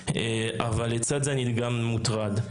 אבל לצד זה אני גם מוטרד.